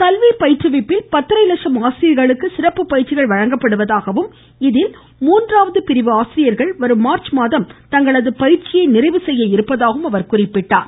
கல்வி பயிற்றுவிப்பில் பத்தரை லட்சம் ஆசிரியர்களுக்கு சிறப்பு பயிற்சிகள் வழங்கப்படுவதாகவும் இதில் மூன்றாவது பிரிவினர் வரும் மார்ச் மாதம் தங்களது பயிற்சியை நிறைவு செய்ய இருப்பதாகவும் குறிப்பிட்டார்